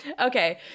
Okay